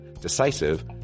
decisive